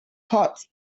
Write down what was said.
hot